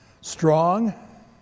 strong